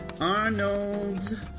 Arnold